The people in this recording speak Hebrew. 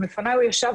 ולפניי הוא ישב,